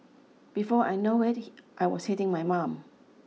before I know it he I was hitting my mum